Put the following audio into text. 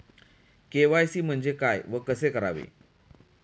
KYC म्हणजे काय व कसे करावे?